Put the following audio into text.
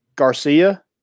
Garcia